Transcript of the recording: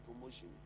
promotion